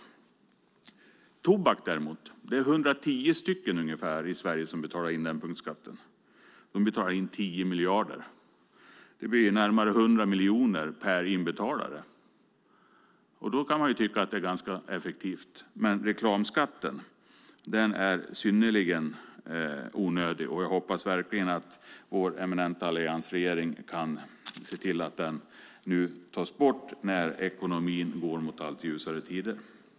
Punktskatten för tobak däremot är det 110 000 i Sverige som betalar in. De betalar in 10 miljarder. Det blir närmare 100 miljoner per inbetalare. Då kan man tycka att det är ganska effektivt. Men reklamskatten är synnerligen onödig. Jag hoppas verkligen att vår eminenta alliansregering kan se till att den tas bort när ekonomin nu går mot allt ljusare tider.